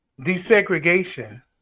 desegregation